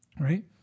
right